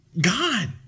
God